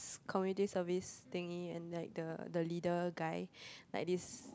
community service thingy and like the the leader guy like this